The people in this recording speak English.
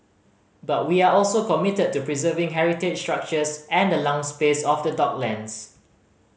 but we are also committed to preserving heritage structures and the lung space of the docklands